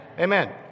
Amen